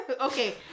okay